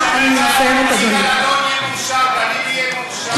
יגאל אלון יהיה מאושר, גלילי יהיה מאושר.